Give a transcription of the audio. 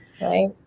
Right